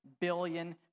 billion